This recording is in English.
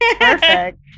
perfect